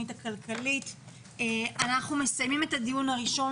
אנחנו מסיימים את הדיון הראשון.